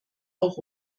auch